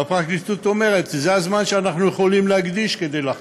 הפרקליטות אומרת: זה הזמן שאנחנו יכולים להקדיש כדי לחקור.